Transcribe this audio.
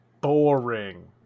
boring